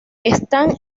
están